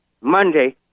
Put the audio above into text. Monday